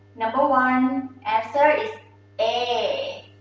number one, answer is a,